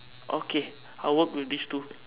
okay I'll work with these two